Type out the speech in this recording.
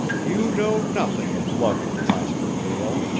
you know nothing of loving, prosper gael,